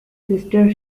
sister